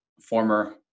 former